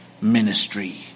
ministry